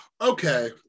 okay